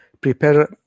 prepare